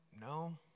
no